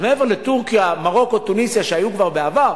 אז מעבר לטורקיה, מרוקו ותוניסיה, שהיו כבר בעבר,